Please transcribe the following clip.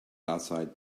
outside